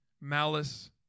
malice